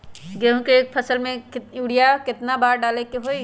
गेंहू के एक फसल में यूरिया केतना बार डाले के होई?